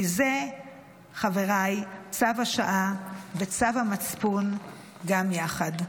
כי זה, חבריי, צו השעה וצו המצפון גם יחד.